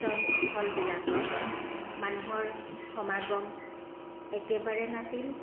ton স্থলবিলাকত মানুহৰ সমাগম একেবাৰে নাছিল